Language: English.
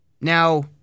Now